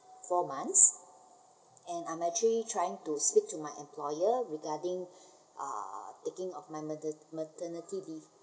four months and I'm actually trying to speak to my employer regarding uh taking of my mater~ maternity leave